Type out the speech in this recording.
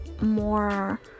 more